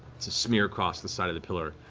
smear across the side of the pillar.